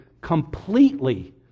completely